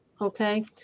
Okay